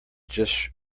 just